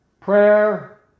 Prayer